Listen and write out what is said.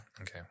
Okay